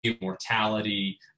mortality